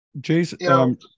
Jason